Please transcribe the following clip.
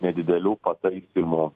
nedidelių pataisymų